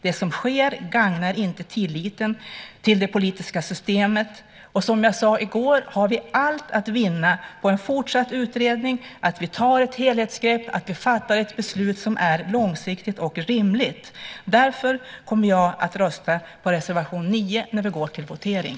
Det som sker gagnar inte tilliten till det politiska systemet. Som jag sade i går har vi allt att vinna på en fortsatt utredning, på att vi tar ett helhetsgrepp och fattar ett beslut som är långsiktigt och rimligt. Därför kommer jag att rösta på reservation 9 när vi går till votering.